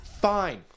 Fine